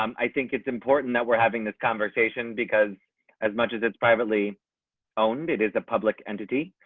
um i think it's important that we're having this conversation because as much as it's privately owned it is a public entity.